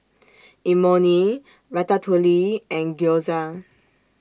Imoni Ratatouille and Gyoza